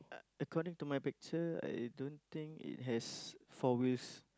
uh according to my picture I don't think it has four wheels